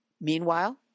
Meanwhile